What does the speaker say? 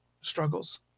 struggles